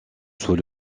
sous